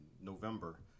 November